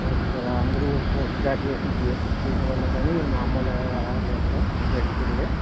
okay sir అందరూ post graduation PhD చేసిన వాళ్లే కానీ మాములు ఎవరూ లేరు సార్ అందరూ ఎడ్యుకేటెడ్ ఏ